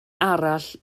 arall